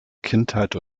kindheit